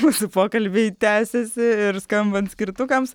mūsų pokalbiai tęsiasi ir skambant skirtukams